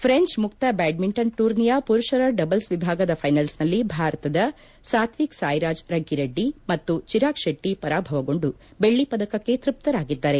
French ಮುಕ್ತ badminton ಟೂರ್ನಿಯ ಪುರುಪರ ಡಬಲ್ಸ್ ವಿಭಾಗದ ಫೈನಲ್ಸ್ನಲ್ಲಿ ಭಾರತದ ಸಾತ್ವಿಕ್ ಸಾಯಿರಾಜ್ ರಂಕಿ ರೆಡ್ಡಿ ಮತ್ತು ಚಿರಾಗ್ ಶೆಟ್ಟ ಪರಾಭವಗೊಂಡು ದೆಳ್ಳ ಪದಕಕ್ಕೆ ತೃಪ್ತರಾಗಿದ್ದಾರೆ